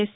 yes